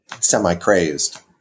semi-crazed